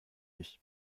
ich